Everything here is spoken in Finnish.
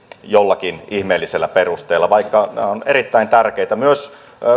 jollakin ihmeellisellä perusteella vaikka nämä ovat erittäin tärkeitä myös